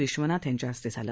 विश्वनाथ यांच्या हस्ते झालं